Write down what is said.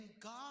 God